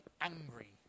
angry